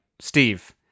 Steve